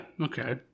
okay